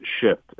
shift